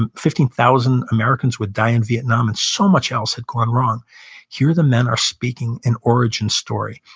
and fifteen thousand americans would die in vietnam, and so much else had gone wrong here the men are speaking an origin story,